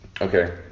Okay